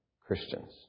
Christians